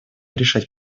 решать